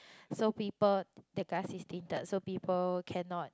so people take us is tinted so people cannot